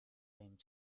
dem